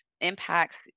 impacts